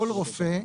כל רופא,